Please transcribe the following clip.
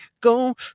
go